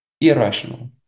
irrational